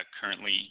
currently